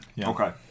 Okay